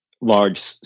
large